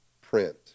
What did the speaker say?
print